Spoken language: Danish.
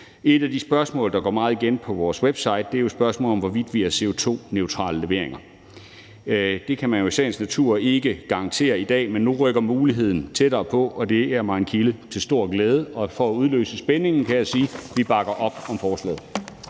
Et af de spørgsmål, der går meget igen på vores website, er spørgsmålet om, hvorvidt vi har CO2-neutrale leveringer. Det kan man i sagens natur ikke garantere i dag, men nu rykker muligheden tættere på, og det er mig en kilde til stor glæde. Og for at udløse spændingen kan jeg sige, at vi bakker op om forslaget.